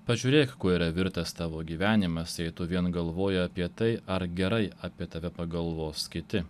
pažiūrėk kuo yra virtęs tavo gyvenimas jei tu vien galvoji apie tai ar gerai apie tave pagalvos kiti